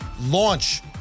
launch